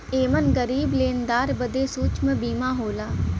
एमन गरीब लेनदार बदे सूक्ष्म बीमा होला